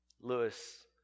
Lewis